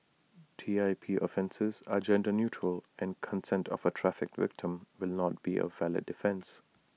T I P offences are gender neutral and consent of A trafficked victim will not be A valid defence